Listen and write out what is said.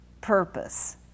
purpose